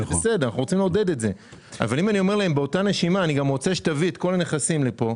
אבל אם אני אומר להם באותה נשימה שאני גם רוצה שתביא את כל הנכסים לכאן,